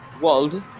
world